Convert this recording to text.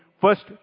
first